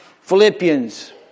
Philippians